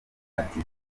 ati